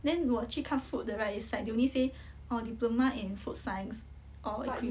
then 我去看 food 的 right it's like they only say orh diploma in food science orh